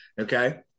Okay